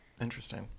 Interesting